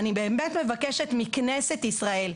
ושהוא לא מופיע בוועדת כנסת בנושא שקשור למפעל עצמו,